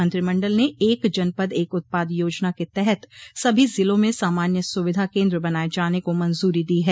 मंत्रिमंडल ने एक जनपद एक उत्पाद योजना के तहत सभी जिलों में सामान्य सुविधा केन्द्र बनाये जाने को मंजूरी दी है